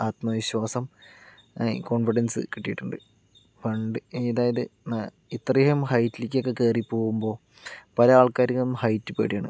ആത്മവിശ്വാസം കോൺഫിഡൻസ് കിട്ടിയിട്ടുണ്ട് പണ്ട് അതായത് ഇത്രയും ഹൈറ്റിലേക്കൊക്കെ കയറി പോകുമ്പോൾ പല ആൾക്കാർക്കും ഹൈറ്റ് പേടിയാണ്